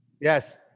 Yes